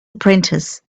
apprentice